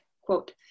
quote